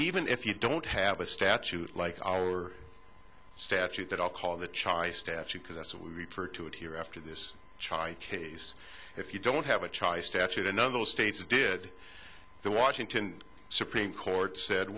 if you don't have a statute like our statute that i'll call the chinese statute because that's what we refer to it here after this child case if you don't have a child statute and then those states did the washington supreme court said